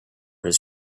his